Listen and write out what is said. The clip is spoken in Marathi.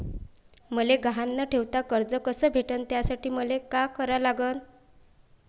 मले गहान न ठेवता कर्ज कस भेटन त्यासाठी मले का करा लागन?